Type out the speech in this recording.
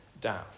down